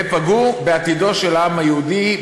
ופגעו בעתידו של העם היהודי,